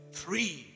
three